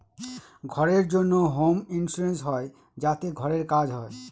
ঘরের জন্য home insurance হয় যাতে ঘরের কাজ হয়